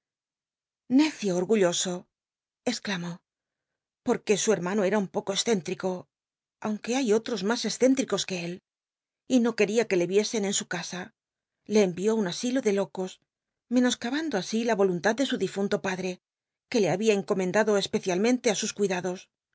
ccio ogulloso exclamó porque su hermano era un poco escéntrico aunque hay otros mas escéntricos que él y no queria que le riesen en su casa le cmió i un asilo de locos ihcnoscabando así la roluntad de su difunto pad re que le babia encomendado espcciahncntc ü sus cuidados